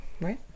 Right